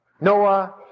Noah